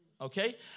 Okay